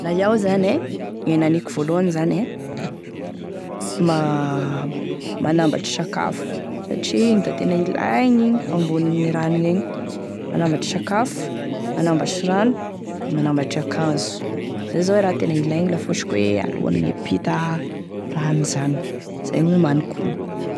La iaho zany e naniko voalohany zany e, ma- manambatry sakafo satria iny da tena ilaigny igny ambony e rano egny, manambatry sakafo, manambatry rano, da manambatry ankazo, zay zao e raha tena ilagny la fa ohatry ka hoe alohane miampita rano zany zay gne omaniko.